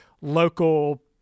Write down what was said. local